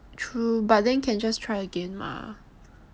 true but then can just try again mah